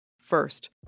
First